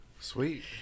Sweet